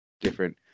different